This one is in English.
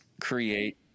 create